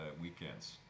weekends